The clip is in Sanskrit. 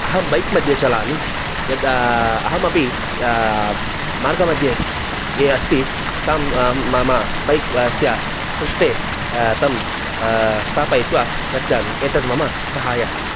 अहं बैक् मध्ये चलामि यद् अहमपि मार्गमध्ये ये अस्ति मम बैक् अस्य पृष्टे तं स्थापयित्वा गच्छामि एतत् मम सहायः